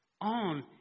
On